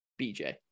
BJ